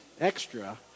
extra